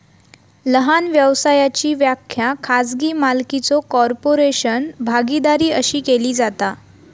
लहान व्यवसायाची व्याख्या खाजगी मालकीचो कॉर्पोरेशन, भागीदारी अशी केली जाता